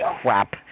crap